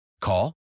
Call